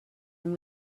and